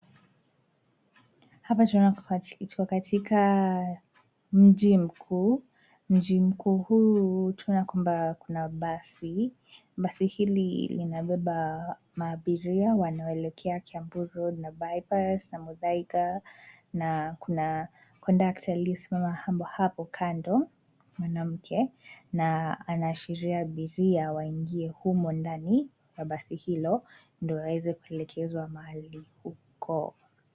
Hapa tunaona kwamba tuko katika mji mkuu. Mji mkuu huu tunaona kwamba kuna basi. Basi hili linabeba maabiria wanaoelekea Kiambu Road na Bypass na Muthaiga na kuna conductor aliyesimama hapo kando, mwanamke, na anaashiria abiria waingie humo ndani kwa basi hilo ndio waweze kuelekezwa mahali huko.